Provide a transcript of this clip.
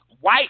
White